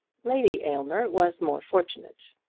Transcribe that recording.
lady aylmer was more fortunate.